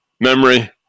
memory